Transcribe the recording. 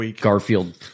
Garfield